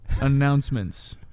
Announcements